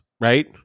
right